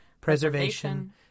preservation